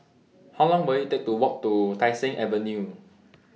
How Long Will IT Take to Walk to Tai Seng Avenue